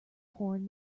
porn